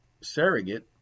surrogate